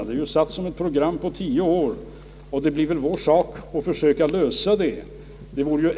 Detta är ju en målsättning för byggandet under tio år, och det får väl bli vår sak att klara den.